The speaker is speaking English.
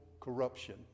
corruption